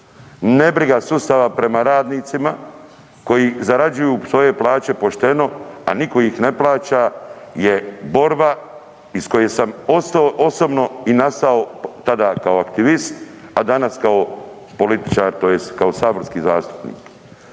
Nebriga sustava prema radnicima koji zarađuju svoje plaće pošteno, a nitko ih ne plaća je borba iz koje sam postao osobno i nastao, tada kao aktivist, a danas kao političar, tj. kao saborski zastupnik.